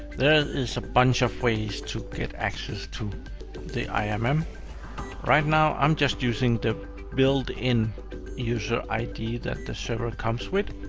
there is a bunch of ways to get access to the imm. right now, i'm just using the built in user id that the server comes with.